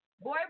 Boy